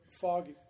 foggy